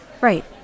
Right